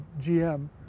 GM